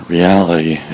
Reality